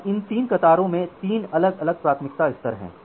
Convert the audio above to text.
अब इन 3 कतारों में 3 अलग अलग प्राथमिकता स्तर हैं